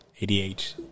ADH